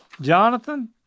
Jonathan